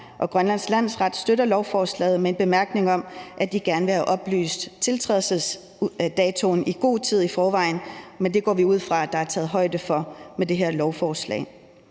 Grønlands Landsret støtter lovforslaget med en bemærkning om, at de gerne vil have oplyst tiltrædelsesdatoen i god tid i forvejen, men det går vi ud fra at der er taget højde for med det her lovforslag.